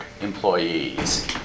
employees